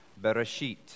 Bereshit